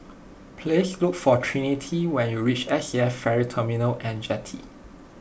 please look for Trinity when you reach Saf Ferry Terminal and Jetty